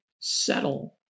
settle